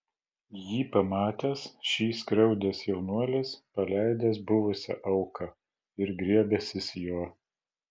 jį pamatęs šį skriaudęs jaunuolis paleidęs buvusią auką ir griebęsis jo